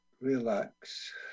relax